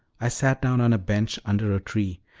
i sat down on a bench under a tree,